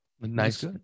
nice